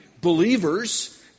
believers